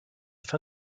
fin